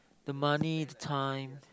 the money the time